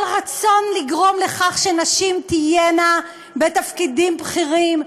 על רצון לגרום לכך שנשים תהיינה בתפקידים בכירים.